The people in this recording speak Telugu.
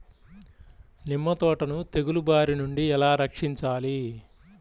నిమ్మ తోటను తెగులు బారి నుండి ఎలా రక్షించాలి?